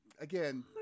again